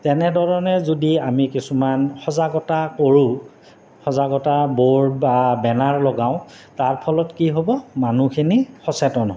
তেনেধৰণে যদি আমি কিছুমান সজাগতা কৰোঁ সজাগতা ব'ৰ্ড বা বেনাৰ লগাওঁ তাৰ ফলত কি হ'ব মানুহখিনি সচেতন হ'ব